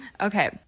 okay